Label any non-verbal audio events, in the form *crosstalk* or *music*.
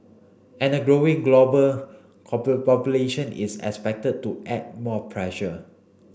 and a growing global *unintelligible* population is expected to add more pressure